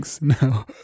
no